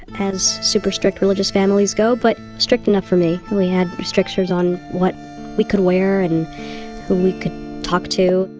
as super strict religious families go, but strict enough for me. we had strictures on what we could wear and who we could talk to